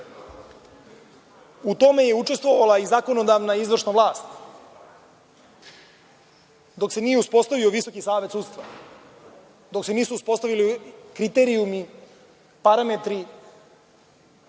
u tome je učestvovala i zakonodavna i izvršna vlast, dok se nije uspostavio Visoki savet sudstva, dok se nisu uspostavili kriterijumi, parametri.